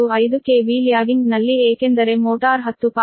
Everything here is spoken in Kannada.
45 KV ಲ್ಯಾಗಿಂಗ್ ನಲ್ಲಿ ಏಕೆಂದರೆ ಮೋಟಾರ್ 10